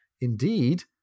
indeed